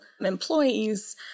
employees